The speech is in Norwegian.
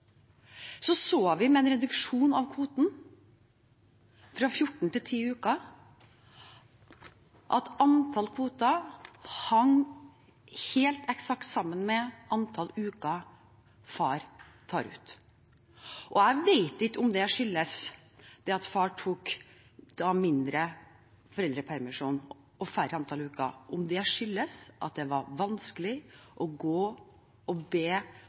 Så så vi med en reduksjon av kvoten fra 14 til 10 uker at kvoten hang helt eksakt sammen med antall uker far tar ut. Jeg vet ikke om det at far da tok mindre foreldrepermisjon, færre antall uker, skyldtes at det var vanskelig å gå og be